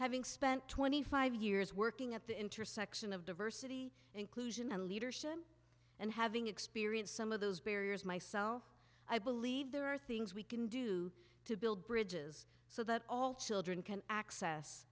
having spent twenty five years working at the intersection of diversity inclusion and leadership and having experienced some of those barriers myself i believe there are things we can do to build bridges so that all children can access